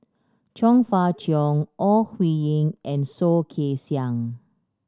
Chong Fah Cheong Ore Huiying and Soh Kay Siang